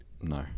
No